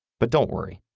but don't worry.